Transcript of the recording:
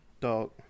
dog